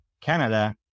Canada